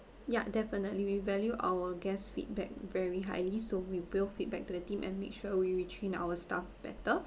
ya definitely we value our guests feedback very highly so we will feedback to the team and make sure we retrain our staff better